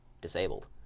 disabled